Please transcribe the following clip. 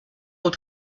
aux